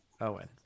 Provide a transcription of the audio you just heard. Owen